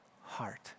heart